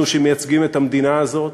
אנחנו שמייצגים את המדינה הזאת,